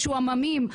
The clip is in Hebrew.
משועממים.